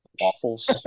Waffles